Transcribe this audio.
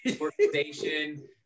organization